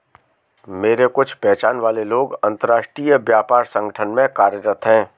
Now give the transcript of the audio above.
मेरे कुछ पहचान वाले लोग अंतर्राष्ट्रीय व्यापार संगठन में कार्यरत है